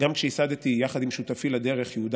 וגם כשייסדתי יחד עם שותפי לדרך יהודה